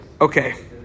Okay